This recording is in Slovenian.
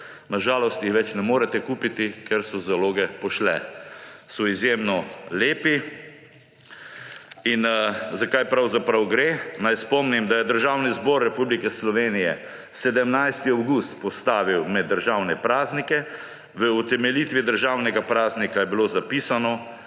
Na žalost jih več ne morete kupiti, ker so zaloge pošlje. So izjemno lepi. Zakaj pravzaprav gre? Naj spomnim, da je Državni zbor Republike Slovenije 17. avgust postavil med državne praznike. V utemeljitvi državnega praznika je bilo zapisano,